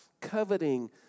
coveting